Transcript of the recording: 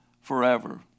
forever